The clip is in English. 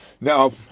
Now